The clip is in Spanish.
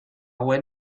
buen